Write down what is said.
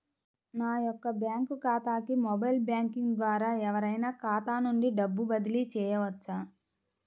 నా యొక్క బ్యాంక్ ఖాతాకి మొబైల్ బ్యాంకింగ్ ద్వారా ఎవరైనా ఖాతా నుండి డబ్బు బదిలీ చేయవచ్చా?